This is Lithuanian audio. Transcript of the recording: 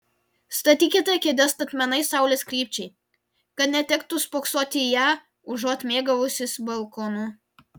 statykite kėdes statmenai saulės krypčiai kad netektų spoksoti į ją užuot mėgavusis balkonu